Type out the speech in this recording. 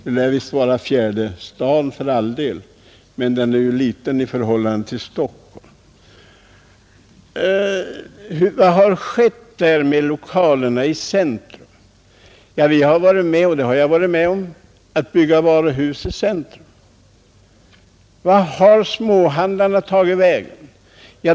Uppsala lär för all del vara den femte staden men är litet i förhållande till Stockholm. Vad har där skett med lokalerna i centrum? Jag har varit med om att besluta att det skall byggas varuhus i centrum, men vart har småhandlarna tagit vägen?